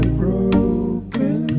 broken